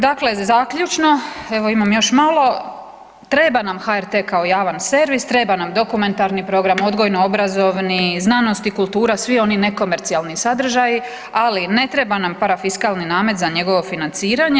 Dakle, zaključno evo imam još malo, treba nam HRT kao javan servis, treba nam dokumentarni program, odgojno-obrazovni, znanost i kultura, svi oni nekomercijalni sadržaji, ali ne treba nam parafiskalni namet za njegovo financiranje.